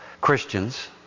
Christians